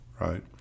right